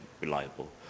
reliable